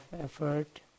effort